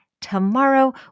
tomorrow